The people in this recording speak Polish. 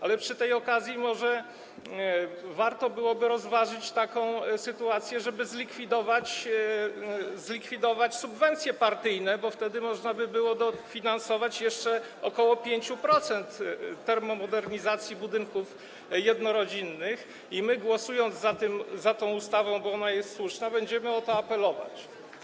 Ale przy tej okazji może warto byłoby rozważyć taką sytuację, żeby zlikwidować subwencje partyjne, bo wtedy można by było dofinansować jeszcze ok. 5% termomodernizacji budynków jednorodzinnych, i my głosując za tą ustawą, bo ona jest słuszna, będziemy o to apelować.